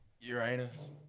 Uranus